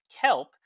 kelp